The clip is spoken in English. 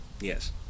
Yes